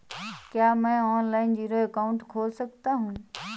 क्या मैं online zero account खोल सकता हूँ?